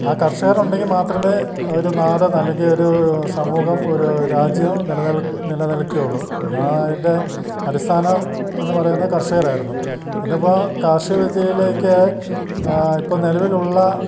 ആ കർഷകരുണ്ടെങ്കിൽ മാത്രമേ ഒരു നാട് അല്ലെങ്കിൽ ഒരു സമൂഹം ഒരു രാജ്യം നിലനിൽക്കുക നിലനിൽക്കുകയുള്ളു ആ അതിൻ്റെ അടിസ്ഥാനം എന്നു പറയുന്നത് കർഷകരായിരുന്നു ഇന്നിപ്പോൾ കാർഷിക വിദ്യയിലേക്ക് ഇപ്പോൾ നിലവിലുള്ള